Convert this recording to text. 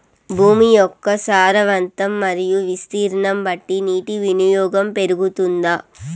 భూమి యొక్క సారవంతం మరియు విస్తీర్ణం బట్టి నీటి వినియోగం పెరుగుతుందా?